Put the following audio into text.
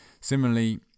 Similarly